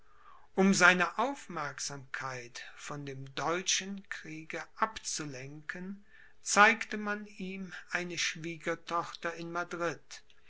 um seine aufmerksamkeit von dem deutschen kriege abzulenken zeigte man ihm eine schwiegertochter in madrid